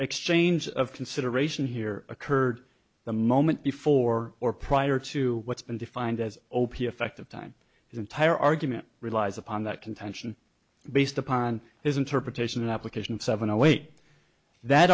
exchange of consideration here occurred the moment before or prior to what's been defined as o p a fact of time his entire argument relies upon that contention based upon his interpretation and application of seven away that